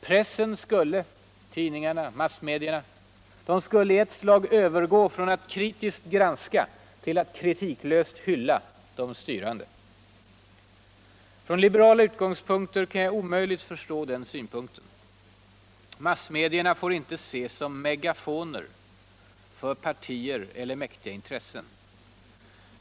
Pressen — tidningarna, massmedierna — skulle i e slag Övergå från att kritiskt granska ull avt kriviklöst hylla de styrande. Från liberala utgångspunkter kan jag omöjligen förstå den synpunkten. Massmedierna får inte ses som megufoner för partier eller mäktiga intressen.